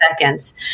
seconds